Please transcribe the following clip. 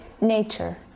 nature